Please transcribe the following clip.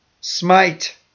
smite